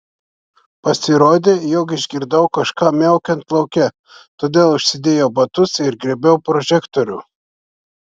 pasirodė jog išgirdau kažką miaukiant lauke todėl užsidėjau batus ir griebiau prožektorių